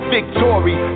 Victory